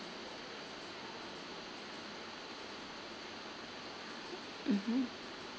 mmhmm